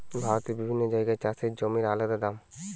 ভারতের বিভিন্ন জাগায় চাষের জমির আলদা দাম